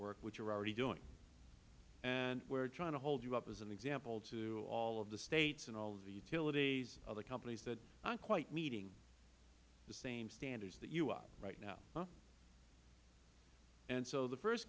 work which you are already doing and we are trying to hold you up as an example to all of the states and all of the utilities other companies that aren't quite meeting the same standards that you are right now huh and so